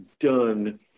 done